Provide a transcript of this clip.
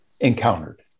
encountered